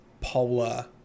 polar